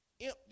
Empty